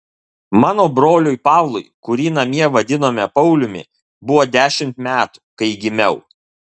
mano broliui pavlui kurį namie vadinome pauliumi buvo dešimt metų kai gimiau